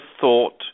thought